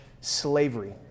slavery